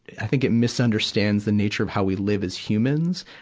i think it misunderstands the nature of how we live as humans,